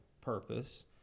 purpose